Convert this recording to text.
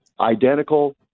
identical